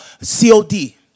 COD